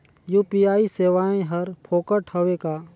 UPI सेवाएं हर फोकट हवय का?